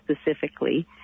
specifically